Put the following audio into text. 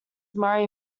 murray